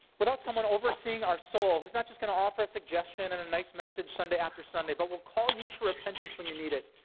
without someone overseeing our soul who's not just going to offer a suggestion and a nice message sunday after sunday, but will call you to repentance when you need it,